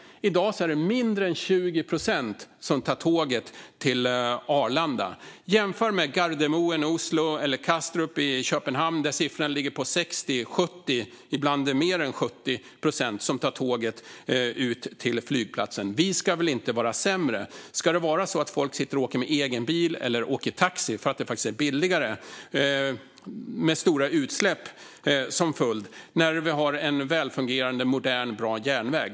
I dag är det mindre än 20 procent som tar tåget till Arlanda. Jämför med Gardemoen i Oslo eller Kastrup i Köpenhamn. Där tar 60-70 procent, ibland mer än 70 procent, tåget till flygplatsen. Vi ska väl inte vara sämre. Ska folk åka med egen bil eller taxi, med stora utsläpp som följd, för att det är billigare när vi har en välfungerande, modern och bra järnväg?